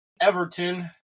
Everton